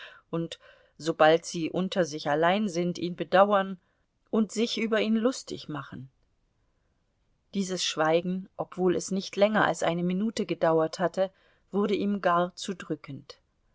und sobald sie unter sich allein sind ihn bedauern und sich über ihn lustig machen dieses schweigen obwohl es nicht länger als eine minute gedauert hatte wurde ihm gar zu drückend